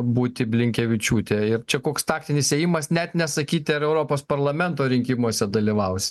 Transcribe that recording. būti blinkevičiūtė ir čia koks taktinis ėjimas net nesakyti ar europos parlamento rinkimuose dalyvaus